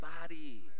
body